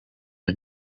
the